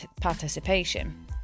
participation